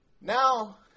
Now